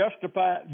justify